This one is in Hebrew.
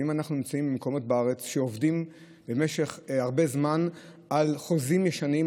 ואם אנחנו נמצאים במקומות בארץ שעובדים במשך הרבה זמן על חוזים ישנים,